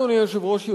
אדוני היושב-ראש,